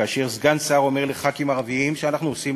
כאשר סגן שר אומר לח"כים ערבים שאנחנו עושים